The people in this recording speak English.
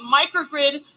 microgrid